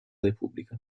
repubblica